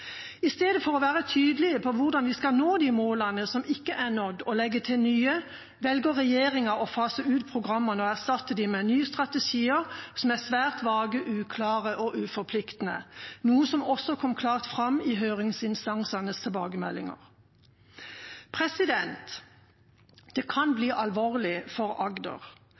I stedet for å være tydelig på hvordan vi skal nå de målene som ikke er nådd, og legge til nye mål, velger regjeringa å fase ut programmene og erstatte dem med nye strategier som er svært vage, uklare og uforpliktende, noe som også kom klart fram i høringsinstansenes tilbakemeldinger. Det kan bli alvorlig for Agder.